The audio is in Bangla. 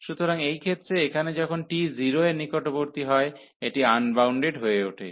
সুতরাং এই ক্ষেত্রে এখানে যখন t 0 এর নিকটবর্তী হয় এটি আনবাউন্ডেড হয়ে ওঠে